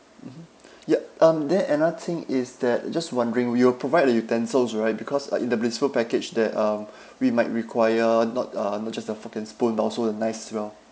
mmhmm ya um then another thing is that just wondering will you provide the utensils right because uh in the blissful package that um we might require not uh not just the fork and spoon but also the knives as well